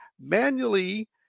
manually